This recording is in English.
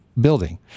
building